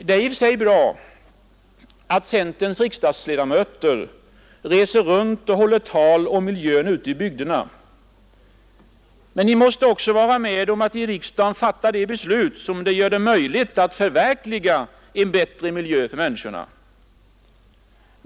Det är i och för sig bra att centerns riksdagsledamöter reser runt ute i bygderna och håller tal om miljön. Men ni måste också vara med om att i riksdagen fatta de beslut som gör det möjligt att förverkliga en bättre miljö för människorna.